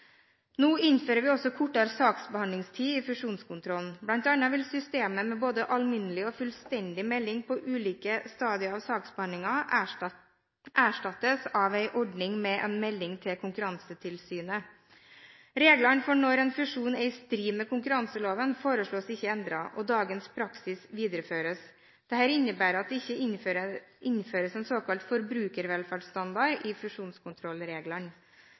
Nå innfører vi også kortere saksbehandlingstid i fusjonskontrollen. Blant annet vil systemet med både alminnelig og fullstendig melding på ulike stadier i saksbehandlingen erstattes av en ordning med en melding til Konkurransetilsynet. Reglene for når en fusjon er i strid med konkurranseloven, foreslås ikke endret. Dagens praksis videreføres. Dette innebærer at det ikke innføres en såkalt forbrukervelferdsstandard i